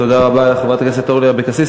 תודה רבה לחברת הכנסת אורלי אבקסיס.